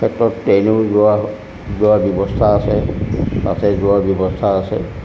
ক্ষেত্ৰত ট্ৰেইনেৰেও যোৱা যোৱাৰ ব্যৱস্থা আছে বাছেৰে যোৱাৰ ব্যৱস্থা আছে